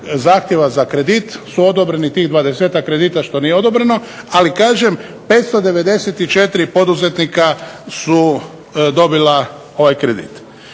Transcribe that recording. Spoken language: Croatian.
zahtjeva za kredit su odobreni tih dvadesetak kredita što nije odobreno, ali kažem 594 poduzetnika su dobila ovaj kredit.